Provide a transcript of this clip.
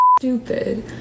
stupid